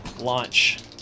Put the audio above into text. launch